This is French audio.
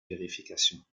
vérification